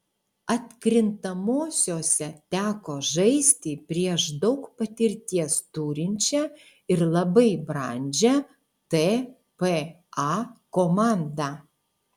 atkrintamosiose teko žaisti prieš daug patirties turinčią ir labai brandžią tpa komandą